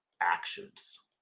actions